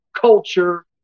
culture